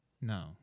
No